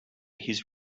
his